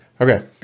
Okay